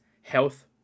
health